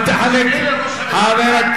משנה לראש